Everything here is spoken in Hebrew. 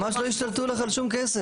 ממש לא ישתלטו לך על שום כסף.